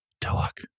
talk